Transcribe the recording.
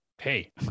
hey